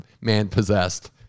man-possessed